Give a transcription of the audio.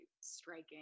striking